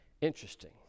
Interesting